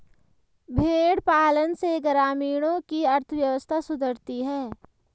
भेंड़ पालन से ग्रामीणों की अर्थव्यवस्था सुधरती है